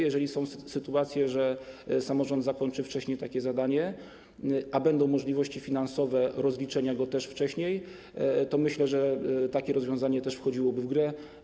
Jeżeli będą sytuacje, że samorząd zakończy wcześniej takie zadanie, a będą możliwości finansowe rozliczenia go też wcześniej, to myślę, że takie rozwiązanie także wchodziłoby w grę.